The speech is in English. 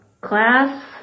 class